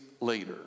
later